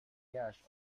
gash